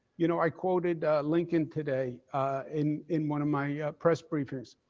you know, i quoted lincoln today in in one of my press briefings.